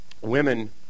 women